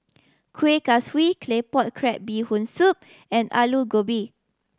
Kuih Kaswi Claypot Crab Bee Hoon Soup and Aloo Gobi